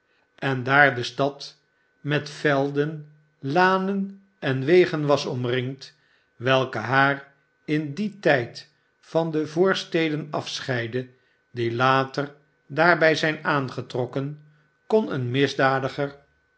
en daar de stad met velden lanen en wegen was omnngd welke haar m dien tijd van de voorsteden afscheidden die later daarbij zijn aangetrokken kon een misdadiger